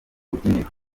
rubyiniro